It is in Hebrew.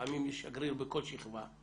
לפעמים יש "שגריר" בכל שכבה.